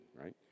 right